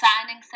Signing